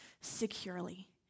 securely